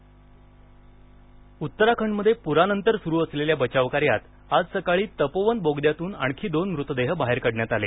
उत्तराखंड उत्तराखंडमध्ये पुरानंतर सुरू असलेल्या बचावकार्यात आज सकाळी तपोवन बोगद्यातून आणखी दोन मृतदेह बाहेर काढण्यात आले